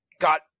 got